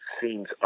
seems